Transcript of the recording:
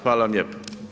Hvala vam lijepo.